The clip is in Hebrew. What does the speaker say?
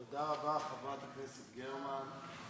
תודה רבה לחברת הכנסת גרמן.